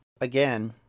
again